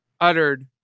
uttered